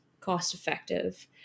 cost-effective